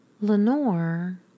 Lenore